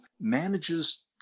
manages